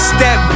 Step